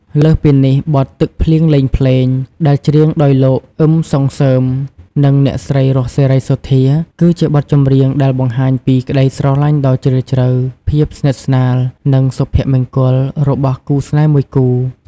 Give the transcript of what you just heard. លើសពីនេះ បទ "ទឹកភ្លៀងលេងភ្លេង" ដែលច្រៀងដោយលោក អ៊ឹម សុងសឺម និងអ្នកស្រី រស់ សេរីសុទ្ធា គឺជាបទចម្រៀងដែលបង្ហាញពី ក្តីស្រឡាញ់ដ៏ជ្រាលជ្រៅ ភាពស្និទ្ធស្នាល និងសុភមង្គល របស់គូស្នេហ៍មួយគូ។